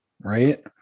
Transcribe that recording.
Right